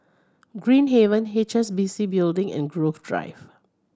Green Haven H S B C Building and Grove Drive